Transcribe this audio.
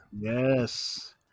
Yes